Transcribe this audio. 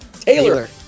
Taylor